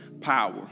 power